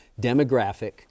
demographic